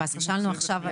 שאלנו עכשיו.